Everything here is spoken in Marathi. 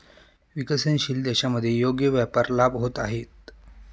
विकसनशील देशांमध्ये योग्य व्यापार लाभ होत आहेत